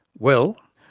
well,